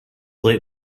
late